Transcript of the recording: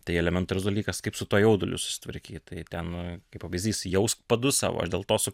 tai elementarus dalykas kaip su tuo jauduliu susitvarkyt tai ten kaip pavyzdys jausk padus savo aš dėl to su